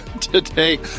Today